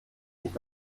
nicht